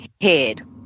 head